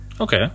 Okay